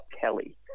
Kelly